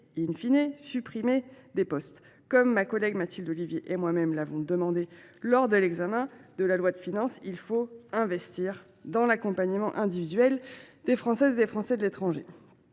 et,, supprimer des postes. Comme Mathilde Ollivier et moi même l’avions demandé lors de l’examen de la loi de finances, il faut investir dans l’accompagnement individuel des Françaises et des Français de l’étranger.